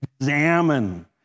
examine